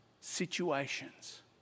situations